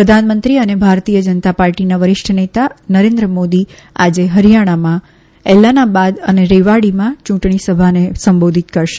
પ્રધાનમંત્રી અને ભારતીય જનતા પાર્ટીના વરિષ્ઠ નેતા નરેન્દ્ર મોદી આજે હરીયાણામાં એલાનાબાદ અને રેવાડીમાં ચુંટણી સભાને સંબોધિત કરશે